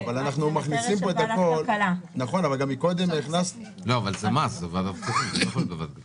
אבל זה מס אז זה צריך להיות ועדת הכספים.